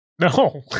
no